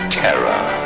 terror